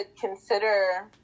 consider